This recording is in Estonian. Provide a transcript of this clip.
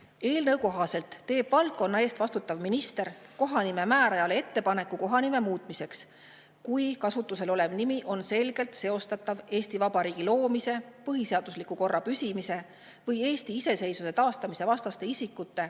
Eelnõu kohaselt teeb valdkonna eest vastutav minister kohanimemäärajale ettepaneku kohanime muutmiseks, kui kasutusel olev nimi on selgelt seostatav Eesti Vabariigi loomise, põhiseadusliku korra püsimise või Eesti iseseisvuse taastamise vastaste isikute